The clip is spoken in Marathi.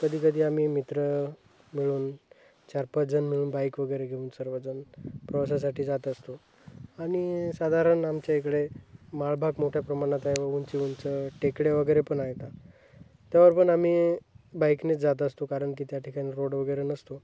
कधीकधी आम्ही मित्र मिळून चार पाच जण मिळून बाईक वगैरे घेऊन सर्वजण प्रवासासाठी जात असतो आणि साधारण आमच्या इकडे माळभाग मोठ्या प्रमाणात आहे व उंची उंच टेकडे वगैरे पण आहेत त्यावर पण आम्ही बाईकनेच जात असतो कारण की त्या ठिकाणी रोड वगैरे नसतो